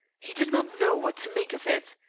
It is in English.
he did not know what to make of it.